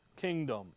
kingdom